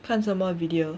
看什么 video